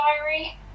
Diary